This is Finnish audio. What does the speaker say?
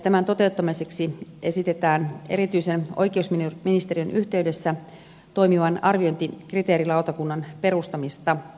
tämän toteuttamiseksi esitetään erityisen oikeusministeriön yhteydessä toimivan arviointikriteerilautakunnan perustamista